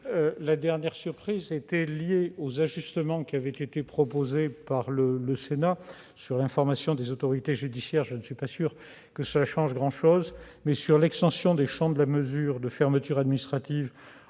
là quelques surprises ... S'agissant des ajustements qui avaient été proposés par le Sénat sur l'information des autorités judiciaires, je ne suis pas sûr que cela change grand-chose. En revanche, l'extension du champ des mesures de fermeture administrative